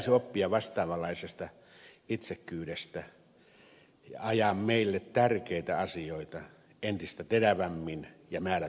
meidän pitäisi oppia vastaavanlaisesta itsekkyydestä ja ajaa meille tärkeitä asioita entistä terävämmin ja määrätietoisemmin